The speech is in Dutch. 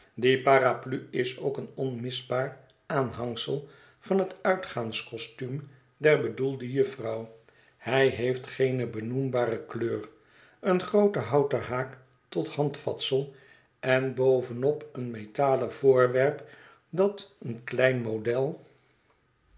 is ook een onmisbaar aanhangsel van het uitgaanscostuum der bedoelde jufvrouw hij heeft geene benoembare kleur een grooten houten haak tot handvatsel en bovenop een metalen voorwerp dat een klein model